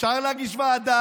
זיכרונו לברכה,